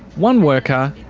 one worker,